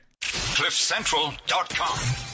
cliffcentral.com